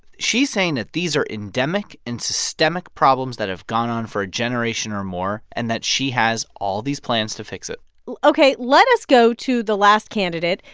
she's saying that these are endemic and systemic problems that have gone on for a generation or more and that she has all these plans to fix it ok. let us go to the last candidate.